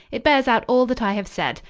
it bears out all that i have said.